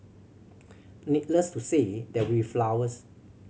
needless to say there will flowers